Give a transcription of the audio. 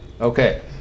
Okay